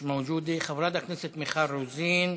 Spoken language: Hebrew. מיש מאוג'ודה, חברת הכנסת מיכל רוזין,